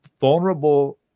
vulnerable